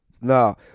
no